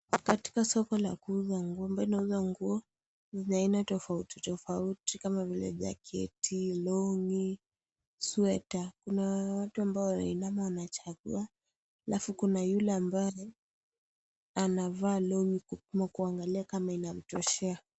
Katika soko la kuuza nguo, ambayo inauza nguo za aina tofauti tofauti kama vile, jaketi, longi, sweta. Kuna watu ambao wanainama wanachagua, halafu kuna yule ambaye, anavaa longi kupimwa kuangalia kama inamtoshea.